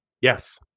Yes